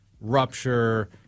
rupture